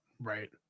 Right